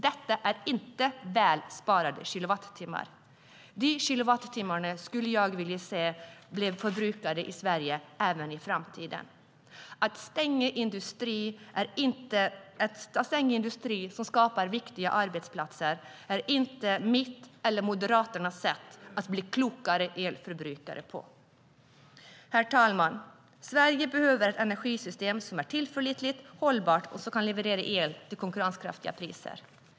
Detta är inte väl sparade kilowattimmar. Jag skulle vilja se att de kilowattimmarna blev förbrukade i Sverige även i framtiden. Att stänga en industri som skapar viktiga arbetsplatser är inte mitt eller Moderaternas sätt att bli klokare elförbrukare på. Herr talman! Sverige behöver ett energisystem som är tillförlitligt och hållbart och som kan leverera el till konkurrenskraftiga priser.